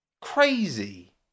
crazy